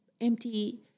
empty